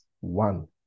one